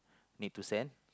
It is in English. need to send